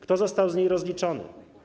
Kto został z niej rozliczony?